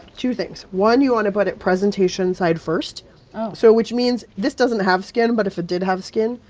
two things. one, you want to put it presentation-side first oh so which means this doesn't have skin, but if it did have skin,